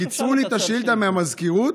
קיצרו לי את השאילתה מהמזכירות.